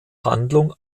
handlung